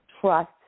trust